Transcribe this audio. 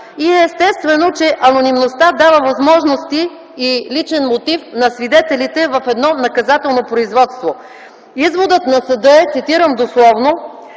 е естествено, че анонимността дава възможности и личен мотив на свидетелите в едно наказателно производство”. Изводът на съда е, цитирам дословно,